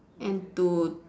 and to